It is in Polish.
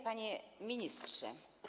Panie Ministrze!